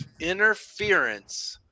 interference